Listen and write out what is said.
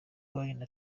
wine